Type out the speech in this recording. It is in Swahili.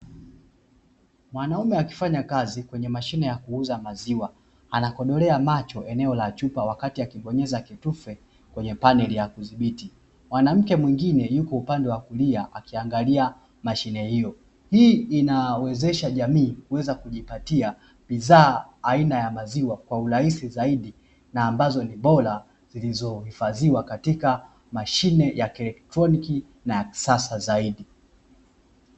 Mwanaume akifanya kazi kwenye mashine ya kuuza maziwa, anakodolea macho eneo la chupa wakati akibonyeza kitufe kwenye paneli ya kudhibiti, mwanamke mwingine yuko upande wa kulia akiangalia mashine hiyo hii inawezesha jamii kuweza kujipatia bidhaa aina ya maziwa kwa urahisi zaidi na ambazo ni bora zilizohifadhiwa katika mashine ya kielektroniki na kisasa zaidi.